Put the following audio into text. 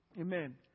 Amen